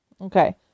Okay